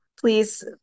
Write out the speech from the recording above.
please